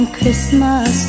Christmas